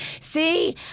See